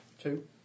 two